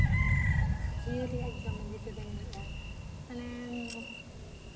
ᱡᱤᱭᱟᱹᱞᱤᱭᱟᱜ ᱡᱚᱢ ᱤᱫᱤ ᱛᱮᱫᱚᱧ ᱞᱟᱹᱭᱟ ᱢᱟᱱᱮ